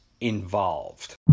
involved